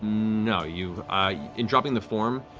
no, you in dropping the form,